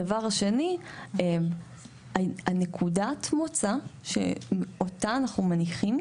דבר שני, נקודת המוצא שאותה אנחנו מניחים,